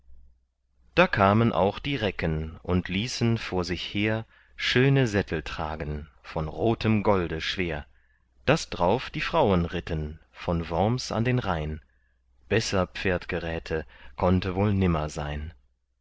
da kamen auch die recken und ließen vor sich her schöne sättel tragen von rotem golde schwer daß drauf die frauen ritten von worms an den rhein besser pferdgeräte konnte wohl nimmer sein